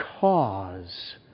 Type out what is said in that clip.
cause